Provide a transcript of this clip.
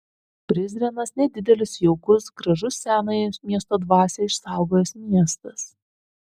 prizrenas nedidelis jaukus gražus senąją miesto dvasią išsaugojęs miestas